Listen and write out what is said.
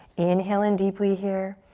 inhale in deeply here.